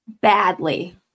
badly